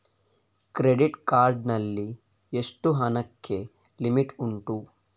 Credit card ನಲ್ಲಿ ಎಷ್ಟು ಹಣಕ್ಕೆ ಲಿಮಿಟ್ ಉಂಟು?